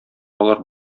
алар